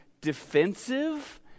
defensive